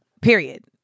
period